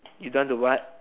you don't want to what